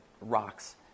rocks